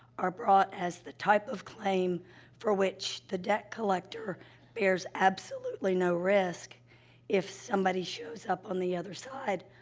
are brought as the type of claim for which the debt collector bears absolutely no risk if somebody shows up on the other side.